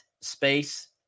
space